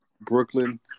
Brooklyn